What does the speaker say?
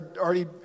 already